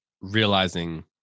realizing